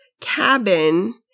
cabin